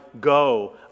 go